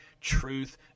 truth